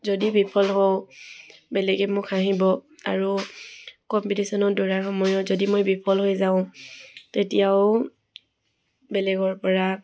যদি বিফল হওঁ বেলেগে মোক হাঁহিব আৰু কম্পিটিশ্যনত দৌৰাৰ সময়ত যদি মই বিফল হৈ যাওঁ তেতিয়াও বেলেগৰ পৰা